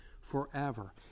forever